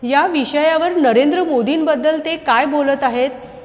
या विषयावर नरेंद्र मोदींबद्दल ते काय बोलत आहेत